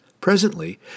Presently